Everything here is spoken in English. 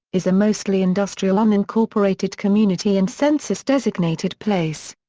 is a mostly industrial unincorporated community and census-designated place.